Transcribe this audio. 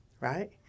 Right